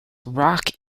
rock